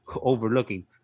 overlooking